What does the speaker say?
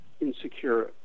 insecure